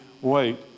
wait